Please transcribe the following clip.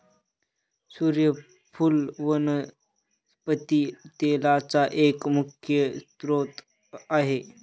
सुर्यफुल वनस्पती तेलाचा एक मुख्य स्त्रोत आहे